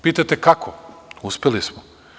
Pitate kako, uspeli smo.